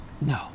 no